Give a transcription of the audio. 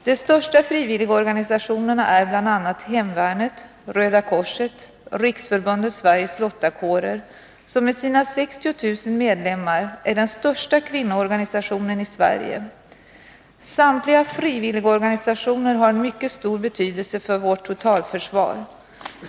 De största frivilligorganisationerna är hemvärnet, Röda korset och Riksförbundet Sveriges lottakårer, som med sina 60 000 medlemmar är den största kvinnliga frivilligorganisationen i Sverige. Samtliga frivilligorganisationer har en mycket stor betydelse för vårt totalförsvar.